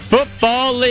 Football